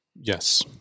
Yes